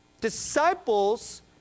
Disciples